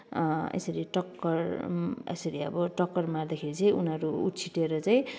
यसरी टक्कर यसरी अब टक्कर मार्दाखेरि चाहिँ उनीहरू उछिट्टिएर चाहिँ